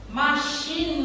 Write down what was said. machine